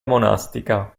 monastica